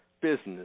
business